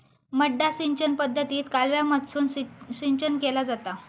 मड्डा सिंचन पद्धतीत कालव्यामधसून सिंचन केला जाता